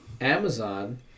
Amazon